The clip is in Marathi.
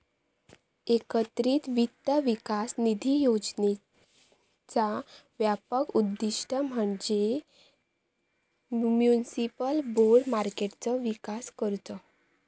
एकत्रित वित्त विकास निधी योजनेचा व्यापक उद्दिष्ट म्हणजे म्युनिसिपल बाँड मार्केटचो विकास करुचो